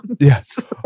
Yes